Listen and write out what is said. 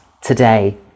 today